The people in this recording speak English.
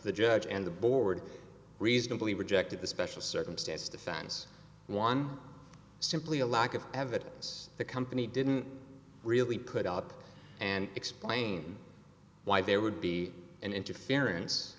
the judge and the board reasonably rejected the special circumstance defense one simply a lack of evidence the company didn't really put up and explain why there would be an interference